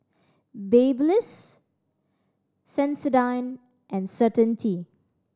Babyliss Sensodyne and Certainty